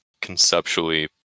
conceptually